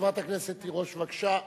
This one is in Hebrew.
חברת הכנסת תירוש, בבקשה.